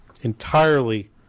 entirely